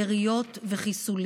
ליריות ולחיסולים?